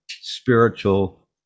spiritual